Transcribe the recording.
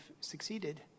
succeeded